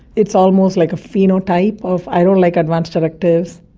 it's almost like a phenotype of i don't like advance directives.